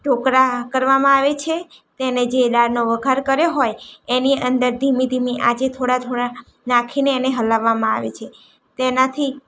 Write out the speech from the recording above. ઢોકળા કરવામાં આવે છે તેને જે દાળનો વઘાર કર્યો હોય એની અંદર ધીમી ધીમી આંચે થોળા થોળા નાખીને એને હલાવવામાં આવે છે તેનાથી